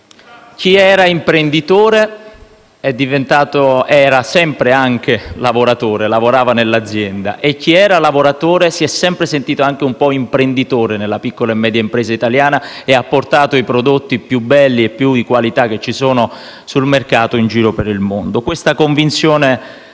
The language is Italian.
chi era imprenditore era sempre anche lavoratore (lavorava nell'azienda) e chi era lavoratore si è sempre sentito anche un po' imprenditore nella piccola e media impresa italiana e ha portato i prodotti più belli e più di qualità che sono sul mercato in giro per il mondo. Porterò avanti